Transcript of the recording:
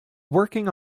working